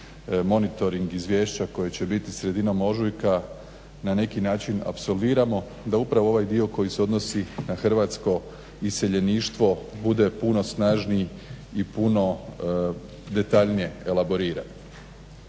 Monitoring izvješća koje će biti sredinom ožujka na neki način apsolviramo da upravo ovaj dio koji se odnosi na hrvatsko iseljeništvo bude puno snažniji i puno detaljnije elaborirano.